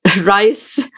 rice